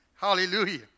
Hallelujah